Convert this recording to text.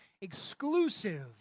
exclusive